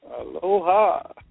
Aloha